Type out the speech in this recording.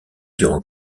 durant